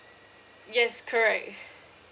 yes correct